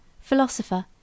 philosopher